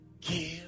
give